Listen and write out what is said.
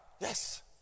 Yes